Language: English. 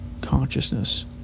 Consciousness